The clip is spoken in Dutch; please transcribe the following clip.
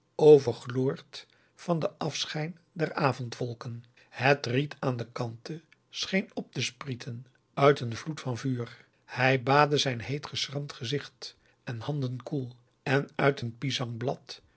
overgloord van den afschijn der avondwolken het riet aan de kanten scheen op te sprieten uit een vloed van vuur hij baadde zijn heet geschramd gezicht en handen koel en uit een pisang blad